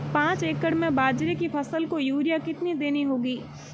पांच एकड़ में बाजरे की फसल को यूरिया कितनी देनी होगी?